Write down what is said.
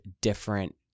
different